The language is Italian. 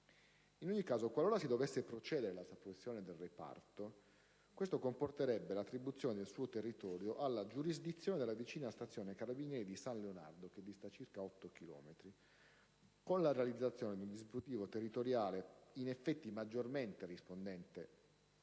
stabile. Qualora si dovesse procedere alla soppressione del reparto, ciò comporterebbe l'attribuzione del suo territorio alla giurisdizione della vicina stazione dei carabinieri di San Leonardo (distante circa 8 km), con la realizzazione di un dispositivo territoriale maggiormente rispondente